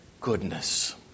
goodness